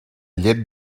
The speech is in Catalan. llet